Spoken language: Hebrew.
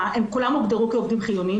כולם הוגדרו כעובדים חיוניים,